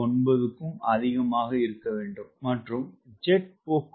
9 க்கும் அதிகமாக இருக்க வேண்டும் மற்றும் ஜெட் போக்குவரத்து 0